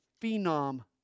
phenom